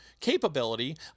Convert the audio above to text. capability